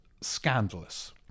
scandalous